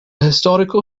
historical